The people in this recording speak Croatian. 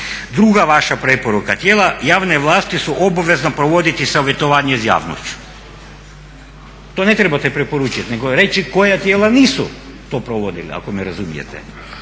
Druga vaša preporuka. Tijela javne vlasti su obvezna provoditi savjetovanje sa javnošću. To ne trebate preporučati, nego reći koja tijela nisu to provodila ako me razumijete.